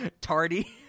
Tardy